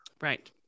Right